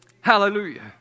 Hallelujah